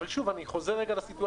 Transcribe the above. ואיפה שהפעולות שלך לא הצליחו?